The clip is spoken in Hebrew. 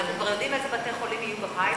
אנחנו כבר יודעים איזה בתי-חולים יהיו בפיילוט?